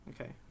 Okay